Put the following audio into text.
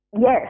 Yes